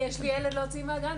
יש לי ילד להוציא מהגן.